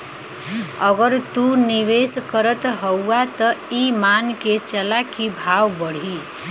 अगर तू निवेस करत हउआ त ई मान के चला की भाव बढ़ी